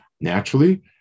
naturally